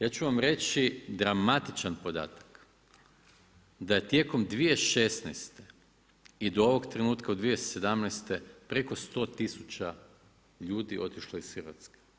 Ja ću vam reći dramatičan podatak, da je tijekom 2016. i do ovog trenutka do 2017. preko 100 tisuća ljudi otišlo iz Hrvatske.